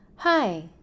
Hi